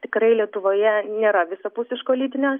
tikrai lietuvoje nėra visapusiško lytinio